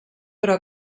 però